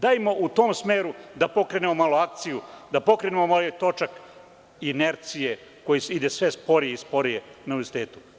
Dajmo u tom smeru da pokrenemo malo akciju, da pokrenemo ovaj točak inercije koji ide sve sporije i sporije na univerzitetu.